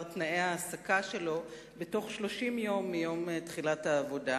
תנאי ההעסקה שלו בתוך 30 יום מיום תחילת העבודה,